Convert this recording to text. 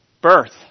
birth